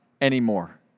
anymore